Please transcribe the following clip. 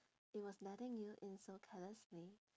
it was letting you in so carelessly